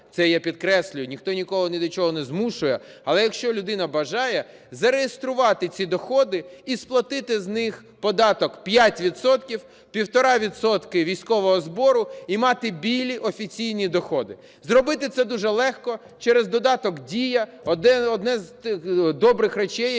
це я підкреслюю, ніхто нікого і ні до чого не змушує, але якщо людина бажає, зареєструвати ці доходи і сплатити з них податок – 5 відсотків, 1,5 відсотка військового збору і мати "білі" офіційні доходи. Зробити це дуже легко через додаток "Дія" – одне з добрих речей,